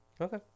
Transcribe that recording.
Okay